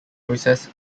process